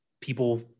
people